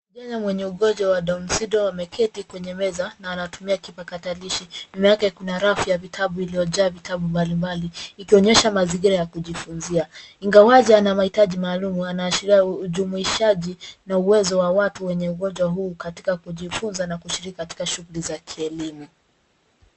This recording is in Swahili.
Kijana mwenye ugonjwa wa [cs ]Down Syndrome ameketi kwenye meza na anatumia kipakatalishi. Nyuma yake kuna rafu ya vitabu iliyojaa vitabu mbalimbali ikionyesha mazingira ya kujifunzia. Ingawaje ana mahitaji maalum, anaashiria ujumuishaji na uwezo wa watu wenye ugonjwa huu katika kujifunza na kushiriki katika shughuli za kielimu.